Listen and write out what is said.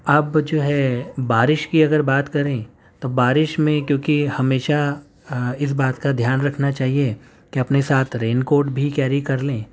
اب جو ہے بارش کی اگر بات کریں تو بارش میں کیونکہ ہمیشہ اس بات کا دھیان رکھنا چاہیے کہ اپنے ساتھ رین کوٹ بھی کیری کر لیں